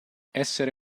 essere